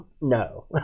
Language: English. No